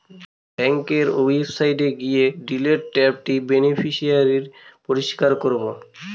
ব্যাঙ্কের ওয়েবসাইটে গিয়ে ডিলিট ট্যাবে বেনিফিশিয়ারি পরিষ্কার করাবো